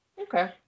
Okay